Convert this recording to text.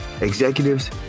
executives